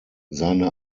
seine